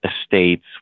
estates